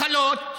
מחלות,